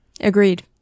Agreed